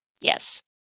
Yes